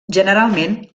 generalment